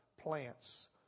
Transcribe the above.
plants